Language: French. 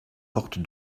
portes